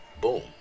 Boom